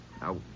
Now